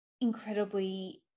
incredibly